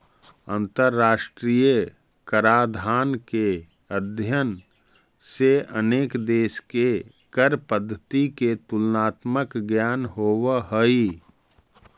अंतरराष्ट्रीय कराधान के अध्ययन से अनेक देश के कर पद्धति के तुलनात्मक ज्ञान होवऽ हई